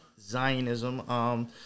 Zionism